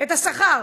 את השכר.